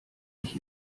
ich